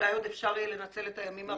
אולי עוד אפשר יהיה לנצל את הימים האחרונים.